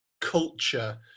culture